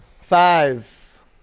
Five